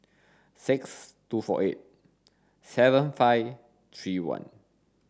six two four eight seven five three one